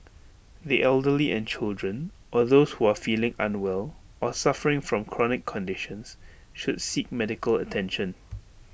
the elderly and children or those who are feeling unwell or suffering from chronic conditions should seek medical attention